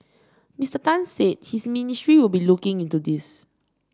Mister Tan said his ministry will be looking into this